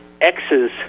X's